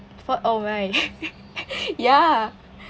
for oh my ya